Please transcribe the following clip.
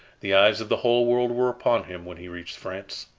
the eyes of the whole world were upon him, when he reached france.